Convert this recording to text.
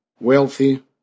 wealthy